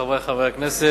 חברי חברי הכנסת,